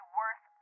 worth